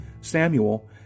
Samuel